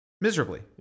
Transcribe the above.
miserably